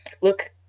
look